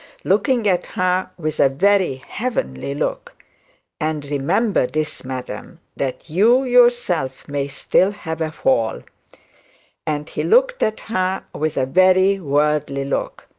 looking at her with a very heavenly look and remember this, madam, that you yourself may still have a fall and he looked at her with a very worldly look.